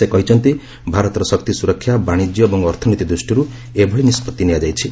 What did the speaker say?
ସେ କହିଛନ୍ତି ଭାରତର ଶକ୍ତି ସୁରକ୍ଷା ବାଣିଜ୍ୟ ଏବଂ ଅର୍ଥନୀତି ଦୃଷ୍ଟିରୁ ଏଭଳି ନିଷ୍ପଭି ନିଆଯାଇଛି